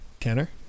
Tanner